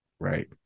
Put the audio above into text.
Right